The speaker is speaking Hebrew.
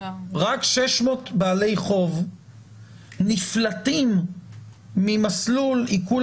רק 600 בעלי חוב נפלטים ממסלול עיקול